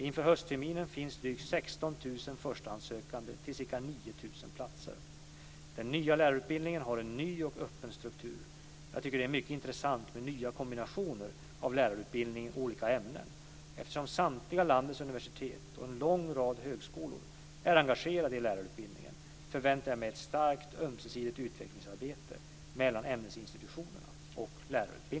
Inför höstterminen finns drygt Den nya lärarutbildningen har en ny och öppen struktur. Jag tycker att det är mycket intressant med nya kombinationer av lärarutbildningen och olika ämnen. Eftersom samtliga landets universitet och en lång rad högskolor är engagerade i lärarutbildningen förväntar jag mig ett starkt ömsesidigt utvecklingsarbete mellan ämnesinstitutioner och lärarutbildningen.